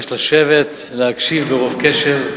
הינך מתבקש לשבת ולהקשיב רוב קשב.